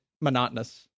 monotonous